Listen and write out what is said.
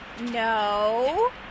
no